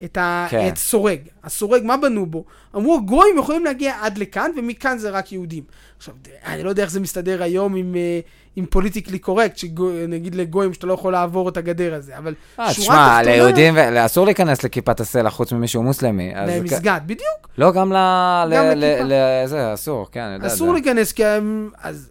את סורג, הסורג, מה בנו בו? אמרו, גויים יכולים להגיע עד לכאן, ומכאן זה רק יהודים. עכשיו, אני לא יודע איך זה מסתדר היום עם עם פוליטיקלי קורקט, נגיד לגויים, שאתה לא יכול לעבור את הגדר הזה, אבל... אז תשמע, ליהודים אסור להיכנס לכיפת הסלע, חוץ ממי שהוא מוסלמי. למסגד, בדיוק. לא, גם לגויים, זה אסור, כן. אסור להיכנס, כן, אז...